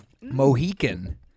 Mohican